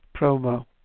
promo